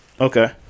Okay